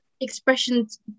expressions